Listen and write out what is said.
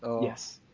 Yes